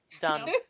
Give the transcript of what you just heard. Done